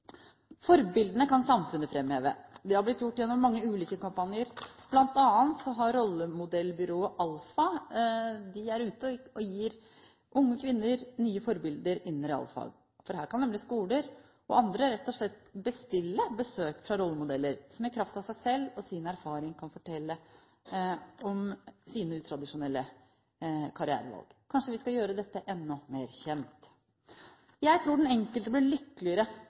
Forbildene kan samfunnet framheve. Det er blitt gjort gjennom mange ulike kampanjer, bl.a. gir rollemodellbyrået ALFA unge kvinner nye forbilder innen realfag. Her kan nemlig skoler og andre rett og slett bestille besøk fra rollemodeller, som i kraft av seg selv og sin erfaring kan fortelle om sine utradisjonelle karrierevalg. Kanskje vi skal gjøre dette enda bedre kjent. Jeg tror den enkelte blir lykkeligere